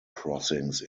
crossings